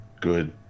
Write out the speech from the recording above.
good